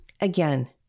Again